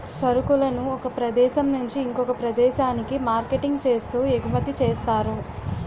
సరుకులను ఒక ప్రదేశం నుంచి ఇంకొక ప్రదేశానికి మార్కెటింగ్ చేస్తూ ఎగుమతి చేస్తారు